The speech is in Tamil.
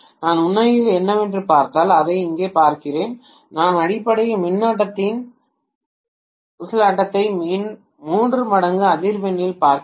நான் உண்மையில் என்னவென்று பார்த்தால் அதை இங்கே பார்க்கிறேன் நாம் அடிப்படையில் மின்னோட்டத்தின் ஊசலாட்டத்தை மூன்று மடங்கு அதிர்வெண்ணில் பார்க்கிறோம்